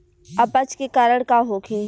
अपच के कारण का होखे?